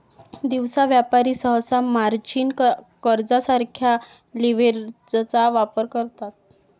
दिवसा व्यापारी सहसा मार्जिन कर्जासारख्या लीव्हरेजचा वापर करतात